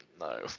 No